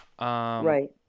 Right